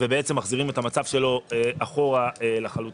ובעצם מחזירים את המצב שלו אחורה לחלוטין.